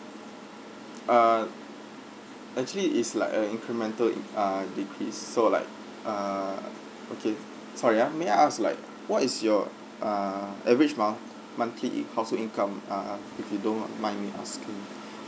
uh actually it's like a incremental in~ ah decrease so like ah okay sorry ah may I ask like what is your ah average month~ monthly in~ household income ah if you don't mind me asking